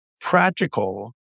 practical